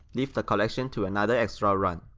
leave the collection to another extra run.